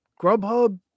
Grubhub